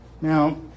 Now